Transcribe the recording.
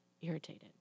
irritated